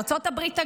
ארצות הברית הגדולה,